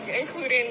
including